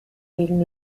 gegen